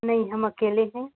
नहीं हम अकेले हैं